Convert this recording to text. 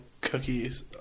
cookies